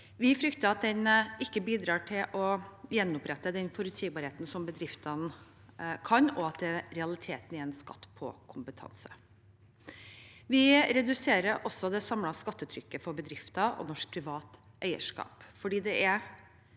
Vi frykter at den ikke bidrar til å gjenopprette den forutsigbarheten som bedriftene trenger, og at det i realiteten er en skatt på kompetanse. Vi reduserer også det samlede skattetrykket for bedrifter og norsk privat eierskap. Det er